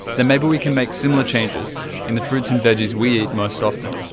then maybe we can make similar changes in the fruits and veggies we eat most often.